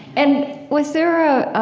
and, was there a, um,